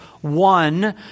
one